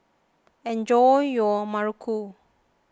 enjoy your Muruku